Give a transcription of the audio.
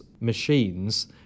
machines